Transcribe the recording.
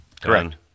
Correct